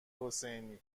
حسینی